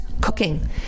Cooking